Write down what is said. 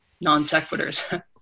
non-sequiturs